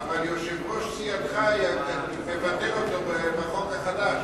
אבל יושב-ראש סיעתך מבטל אותו בחוק החדש.